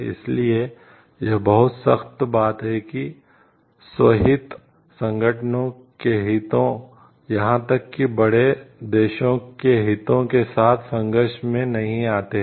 इसलिए यह बहुत सख्त बात है कि स्व हित संगठनों के हितों यहां तक कि बड़े देशों के हितों के साथ संघर्ष में नहीं आते हैं